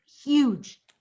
Huge